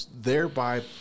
thereby